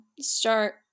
start